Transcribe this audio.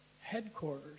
headquarters